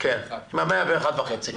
כן, ב-101.5%.